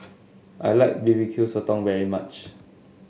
I like B B Q Sotong very much